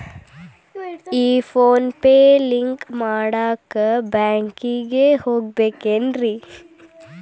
ಈ PhonePe link ಮಾಡಾಕ ಬ್ಯಾಂಕಿಗೆ ಹೋಗ್ಬೇಕೇನ್ರಿ?